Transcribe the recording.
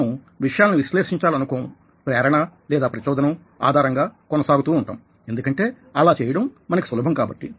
మనం విషయాలని విశ్లేషించాలి అనుకోం ప్రేరణ లేదా ప్రచోదనం ఆధారంగా కొనసాగుతూ ఉంటాం ఎందుకంటే అలా చేయడం మనకి సులభం కాబట్టి